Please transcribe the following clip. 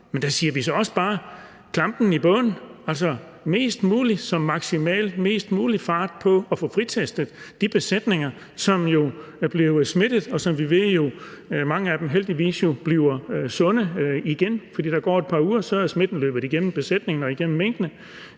men så siger vi også bare, at vi skal i bund. Mest muligt, som maksimalt mest muligt - fart på med at få fritestet de besætninger, som jo er blevet smittet, og hvor vi ved mange af dem heldigvis bliver sunde igen. For der går et par uger, og så er smitten løbet igennem besætningen og igennem minkene.